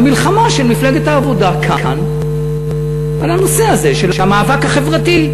המלחמה של מפלגת העבודה כאן על הנושא הזה של המאבק החברתי,